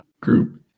group